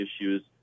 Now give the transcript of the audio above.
issues